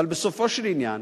אבל בסופו של עניין